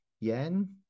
yen